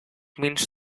means